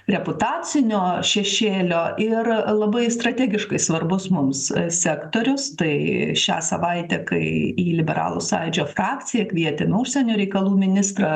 reputacinio šešėlio ir labai strategiškai svarbus mums sektorius tai šią savaitę kai į liberalų sąjūdžio frakciją kvietė užsienio reikalų ministrą